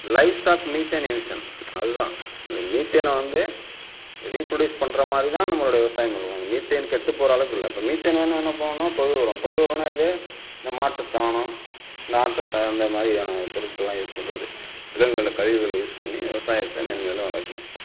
live stock methane emission அது தான் இந்த மீத்தேனை வந்து ரீப்ரொடியூஸ் பண்ணுற மாதிரி தான் நம்மளோட விவசாயம் இருக்கணும் இந்த மீத்தேன் கெட்டுப் போகிற அளவுக்கு இல்லை இப்போ மீத்தேன் வேணுனால் என்ன பண்ணணும் தொழு உரம் தொழு உரன்னா எது இந்த மாட்டு சாணம் இந்த ஆட்டு சா இந்த மாதிரியான பொருட்களெலாம் யூஸ் பண்ணுறது விலங்குகளை கழிவுகளை யூஸ் பண்ணி விவசாயத்தை மென்மேலும் வளர்க்கணும்